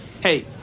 Hey